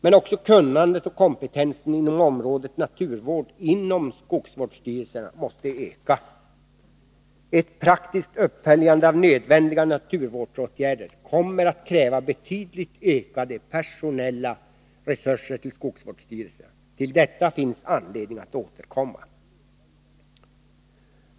Men också kunnandet och kompetensen inom området naturvård inom skogsvårdsstyrelserna måste öka. Ett praktiskt uppföljande av nödvändiga naturvårdsåtgärder kommer att kräva betydligt ökade personella resurser till skogsvårdsstyrelserna. Till detta finns det anledning att återkomma.